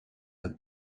are